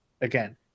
again